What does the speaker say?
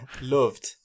loved